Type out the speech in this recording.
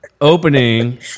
opening